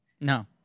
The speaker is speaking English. No